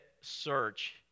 search